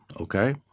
okay